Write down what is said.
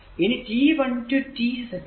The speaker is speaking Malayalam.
ഇനി t 1 റ്റു t സെക്കന്റ്